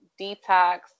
detox